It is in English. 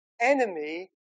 enemy